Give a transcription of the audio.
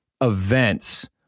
events